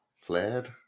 flared